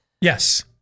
Yes